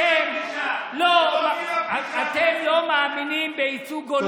אתם לא מאמינים בייצוג הולם.